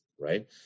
Right